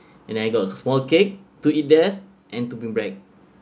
and I got a small cake to eat there and to bring back